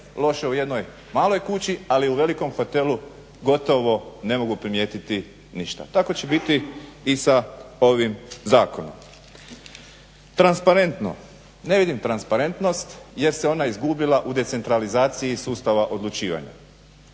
loše u jednoj maloj kući ali u velikom hotelu gotovo ne mogu primijetiti ništa. Tako će biti i sa ovim zakonom. Transparentno? Ne vidim transparentnost jer se ona izgubila u decentralizaciji sustava odlučivanja.